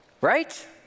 Right